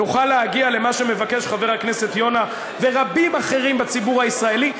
נוכל להגיע למה שמבקשים חבר הכנסת יונה ורבים אחרים בציבור הישראלי.